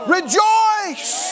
Rejoice